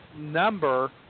number